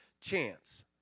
chance